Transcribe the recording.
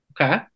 okay